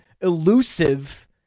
elusive